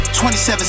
27